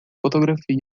fotografia